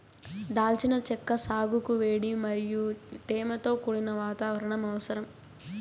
దాల్చిన చెక్క సాగుకు వేడి మరియు తేమతో కూడిన వాతావరణం అవసరం